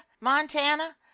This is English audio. montana